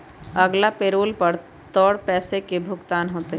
अगला पैरोल पर तोर पैसे के भुगतान होतय